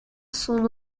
son